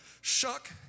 shuck